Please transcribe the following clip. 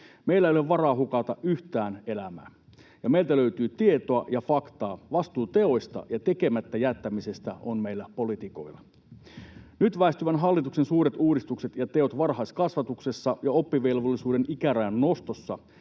Meillä ei ole varaa hukata yhtään elämää. Meiltä löytyy tietoa ja faktaa. Vastuu teoista ja tekemättä jättämisestä on meillä poliitikoilla. Nyt väistyvän hallituksen suuret uudistukset ja teot varhaiskasvatuksessa ja oppivelvollisuuden ikärajan nostossa